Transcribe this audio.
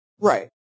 Right